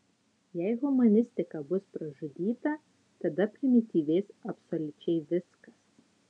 jei humanistika bus pražudyta tada primityvės absoliučiai viskas